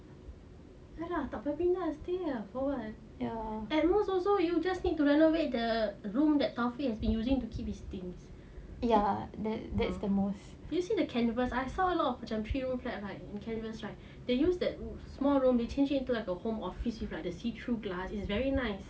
ya lah tak payah pindah stay there for what at most also you just need to renovate the room that taufik has been using to keep his things did you see the canvas I saw a lot of like shoes they use the small rooms they change it to like a home office with like a see through glass it's very nice